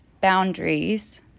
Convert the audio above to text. Boundaries